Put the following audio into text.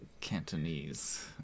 Cantonese